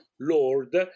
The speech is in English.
Lord